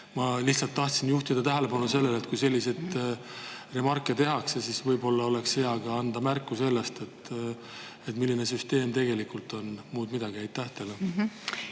Ma lihtsalt tahtsin juhtida tähelepanu sellele, et kui selliseid remarke tehakse, siis oleks hea ka anda märku sellest, milline süsteem tegelikult on. Muud midagi. Aitäh!